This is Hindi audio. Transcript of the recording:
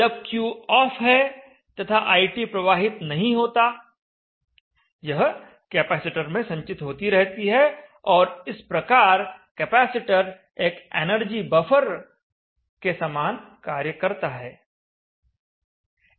जब Q ऑफ है तथा IT प्रवाहित नहीं होता यह कैपेसिटर में संचित होती रहती है और इस प्रकार कैपेसिटर एक एनर्जी बफर के समान कार्य करता है